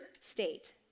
state